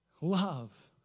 love